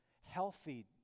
healthy